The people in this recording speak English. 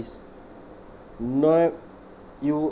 not you